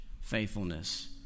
faithfulness